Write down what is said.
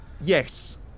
Yes